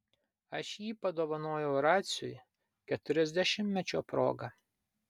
aš jį padovanojau raciui keturiasdešimtmečio proga